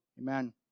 Amen